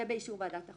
ובאישור ועדת החוקה.